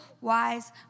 wise